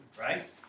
right